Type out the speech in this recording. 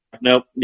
nope